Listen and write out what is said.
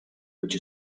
which